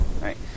Right